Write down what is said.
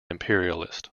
imperialist